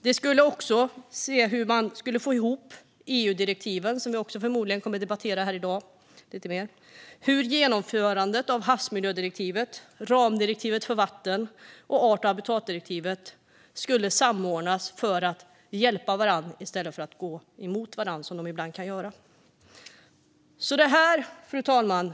Det handlade också om hur man skulle få ihop EU-direktiven, som vi förmodligen också kommer att debattera här i dag, och hur genomförandet av havsmiljödirektivet, ramdirektivet för vatten och art och habitatdirektivet skulle samordnas för att hjälpa varandra i stället för att gå emot varandra som de ibland kan göra. Fru talman!